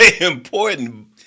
important